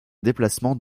déplacement